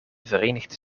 verenigde